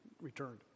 returned